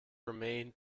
remain